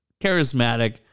charismatic